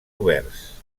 oberts